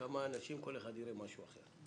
לכמה אנשים, כל אחד יראה משהו אחר.